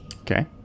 Okay